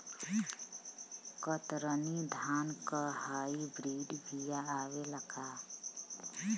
कतरनी धान क hybrid बिया आवेला का?